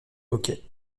hockey